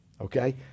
Okay